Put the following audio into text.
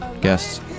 guests